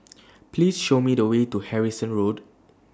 Please Show Me The Way to Harrison Road